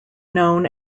known